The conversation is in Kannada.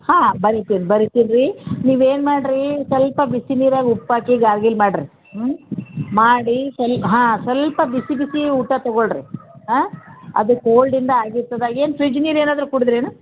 ಹಾಂ ಬರಿತೀವಿ ಬರಿತೀವಿ ರೀ ನೀವು ಏನು ಮಾಡಿರಿ ಸ್ವಲ್ಪ ಬಿಸಿ ನೀರಲ್ಲಿ ಉಪ್ಪು ಹಾಕಿ ಗಾರ್ಗಿಲ್ ಮಾಡಿರಿ ಹ್ಞೂ ಮಾಡಿ ಸ್ವಲ್ಪ ಹಾಂ ಸ್ವಲ್ಪ ಬಿಸಿ ಬಿಸಿ ಊಟ ತೊಗೊಳ್ರಿ ಆಂ ಅದು ಕೋಲ್ಡಿಂದ ಆಗಿರ್ತದ ಏನು ಫ್ರಿಜ್ ನೀರು ಏನಾದರೂ ಕುಡಿದ್ರೇನು